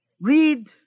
Read